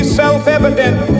self-evident